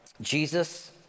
Jesus